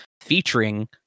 featuring